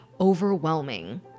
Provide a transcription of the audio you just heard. overwhelming